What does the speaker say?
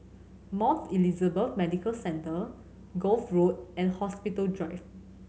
Mount Elizabeth Medical Centre Gul Road and Hospital Drive